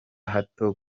hato